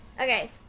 Okay